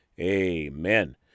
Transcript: amen